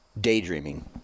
daydreaming